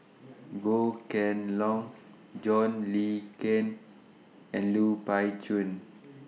Goh Kheng Long John Le Cain and Lui Pao Chuen